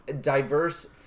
diverse